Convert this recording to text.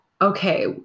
okay